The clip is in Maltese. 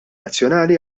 nazzjonali